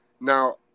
Now